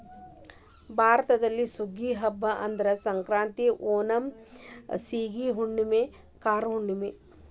ಭಾರತದಲ್ಲಿ ಸುಗ್ಗಿಯ ಹಬ್ಬಾ ಅಂದ್ರ ಸಂಕ್ರಾಂತಿ, ಓಣಂ, ಸೇಗಿ ಹುಣ್ಣುಮೆ, ಕಾರ ಹುಣ್ಣುಮೆ